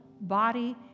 body